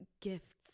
gifts